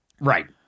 right